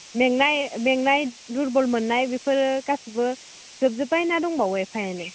मेंनाय दुरबल मोननाय बेफोरो गासैबो जोबजोब्बाय ना दंबावो एफा एनै